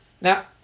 Now